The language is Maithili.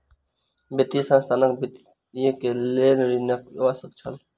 वित्तीय संस्थानक वृद्धि के लेल ऋणक आवश्यकता छल